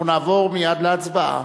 אנחנו נעבור מייד להצבעה.